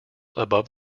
above